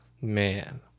man